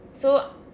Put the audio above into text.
so